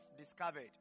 discovered